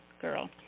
girl